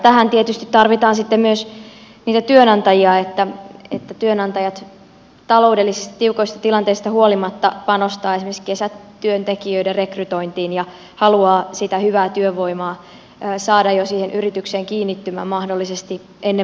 tähän tietysti tarvitaan sitten myös niitä työnantajia jotka taloudellisesti tiukoista tilanteista huolimatta panostaisivat esimerkiksi kesätyöntekijöiden rekrytointiin ja haluavat sitä hyvää työvoimaa saada jo siihen yritykseen kiinnittymään mahdollisesti ennen valmistumistakin